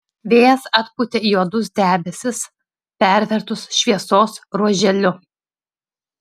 vėjas atpūtė juodus debesis pervertus šviesos ruoželiu